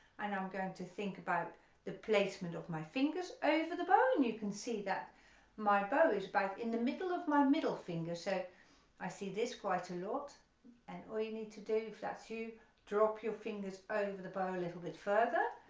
and i'm going to think about the placement of my fingers over the bow, and you can see that my bows but in the middle of my middle finger so i see this quite a lot and all you need to do if that's you drop your fingers over the bow a little bit further,